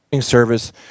Service